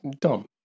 dumb